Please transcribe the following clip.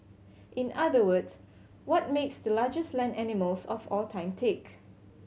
in other words what makes the largest land animals of all time tick